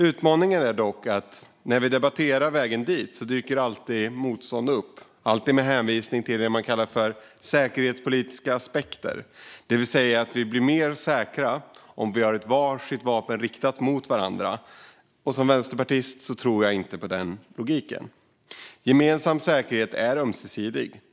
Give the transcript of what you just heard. Utmaningen är dock att när vi debatterar vägen dit dyker alltid ett motstånd upp, alltid med hänvisning till det man kallar "säkerhetspolitiska aspekter", det vill säga att vi blir mer säkra om vi har var sitt vapen riktat mot varandra. Som vänsterpartist tror jag inte på sådan logik. Gemensam säkerhet är ömsesidig.